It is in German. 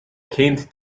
kennt